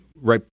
right